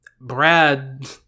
brad